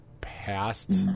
Past